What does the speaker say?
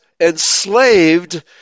enslaved